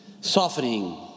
softening